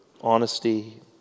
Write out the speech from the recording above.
honesty